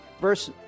Verse